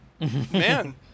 Man